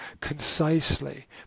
concisely